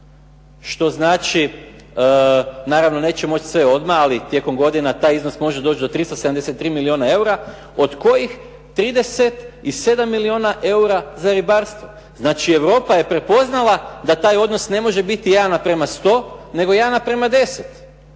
što znači, naravno neće moći sve odmah, ali tijekom godina taj iznos može doći do 373 milijuna eura, od kojih 37 milijuna za ribarstvo. Znači Europa je prepoznala da taj odnos ne može biti 1:100 nego 1:10. Znači da